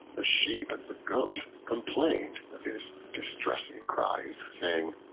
the sheep and the goat complained of his distressing cries, saying,